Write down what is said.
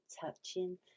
touching